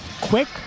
quick